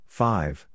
five